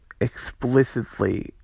explicitly